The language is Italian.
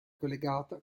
collegata